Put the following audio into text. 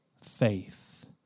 faith